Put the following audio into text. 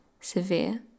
severe